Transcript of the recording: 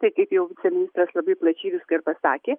tai kaip jau viceministras labai plačiai viską ir pasakė